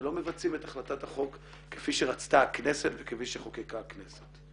ולא מבצעים את החלטת החוק כפי שרצתה הכנסת וכפי שחוקקה הכנסת.